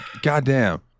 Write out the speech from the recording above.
goddamn